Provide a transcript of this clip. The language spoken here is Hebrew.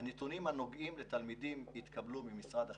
הנתונים הנוגעים לתלמידים התקבלו ממשרד החינוך.